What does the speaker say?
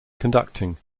conducting